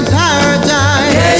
paradise